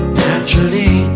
naturally